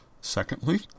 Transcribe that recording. Secondly